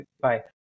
Bye